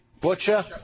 Butcher